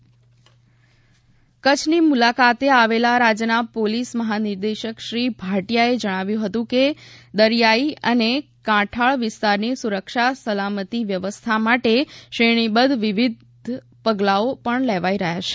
કચ્છ પ્રવાસ શ્રી આશિષ ભાટિયા કચ્છની મુલાકાતે આવેલા રાજ્યના પોલીસ મહાનિર્દેશક શ્રી ભાટિયાએ જણાવ્યું હતું કે દરિયાઇ અને કાંઠાળ વિસ્તારની સુરક્ષા સલામતી વ્યવસ્થા માટે શ્રેણીબદ્ધ વિવિધ પગલાઓ પણ લેવાઇ રહ્યા છે